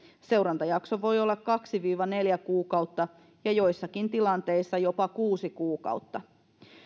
seurantajakso voi olla kaksi viiva neljä kuukautta ja joissakin tilanteissa jopa kuusi kuukautta